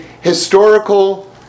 historical